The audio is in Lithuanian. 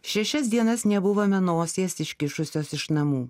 šešias dienas nebuvome nosies iškišusios iš namų